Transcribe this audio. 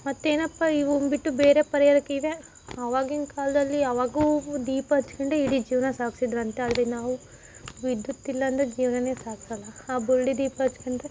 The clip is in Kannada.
ಮತ್ತು ಏನಪ್ಪ ಇವನ್ನ ಬಿಟ್ಟು ಬೇರೆ ಪರಿಹಾರಕ್ಕೆ ಇವೆ ಅವಾಗಿನ ಕಾಲದಲ್ಲಿ ಯಾವಾಗ್ಲೂ ದೀಪ ಹಚ್ಕಂಡು ಇಡೀ ಜೀವನ ಸಾಗಿಸಿದರಂತೆ ಆದರೆ ನಾವು ವಿದ್ಯುತ್ ಇಲ್ಲ ಅಂದರೆ ಜೀವನಾನೆ ಸಾಗಿಸಲ್ಲ ಆ ಬುಡ್ಡಿದೀಪ ಹಚ್ಕಂಡು